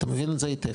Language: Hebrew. אתה מבין את זה היטב,